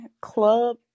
club